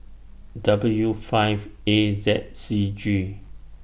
W five A Z C G